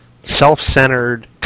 self-centered